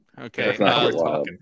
Okay